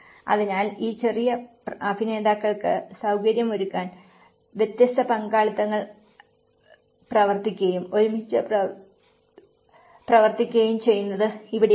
അതിനാൽ ഈ ചെറിയ അഭിനേതാക്കൾക്ക് സൌകര്യമൊരുക്കാൻ വ്യത്യസ്ത പങ്കാളിത്തങ്ങൾ പ്രവർത്തിക്കുകയും ഒരുമിച്ച് പ്രവർത്തിക്കുകയും ചെയ്യുന്നത് ഇവിടെയാണ്